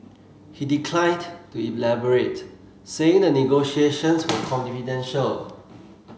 he declined to elaborate saying the negotiations were confidential